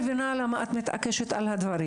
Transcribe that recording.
סליחה, אני לא מבינה למה את מתעקשת על הדברים.